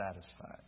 satisfied